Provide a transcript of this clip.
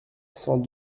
cent